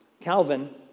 Calvin